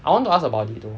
I want to ask about it though